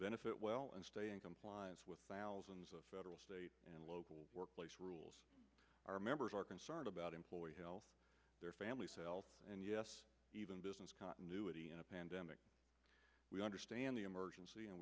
benefit well and stay in compliance with thousands of federal state and local workplace rules our members are concerned about employees their families and yes even business continuity in a pandemic we understand the emergency and